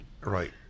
Right